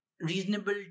reasonable